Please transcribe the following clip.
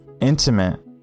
intimate